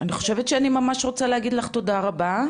אני חושבת שאני ממש רוצה להגיד לך תודה רבה.